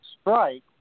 strike